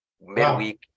midweek